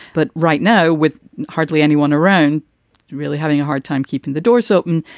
but right now, with hardly anyone around really having a hard time keeping the doors open.